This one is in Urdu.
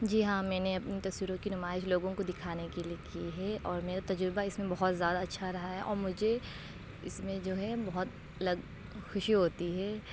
جی ہاں میں نے اپنی تصویروں کی نمائش لوگوں کو دکھانے کے لیے کی ہے اور میرا تجربہ اس میں بہت زیادہ اچھا رہا ہے اور مجھے اس میں جو ہے بہت الگ خوشی ہوتی ہے